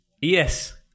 Yes